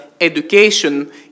education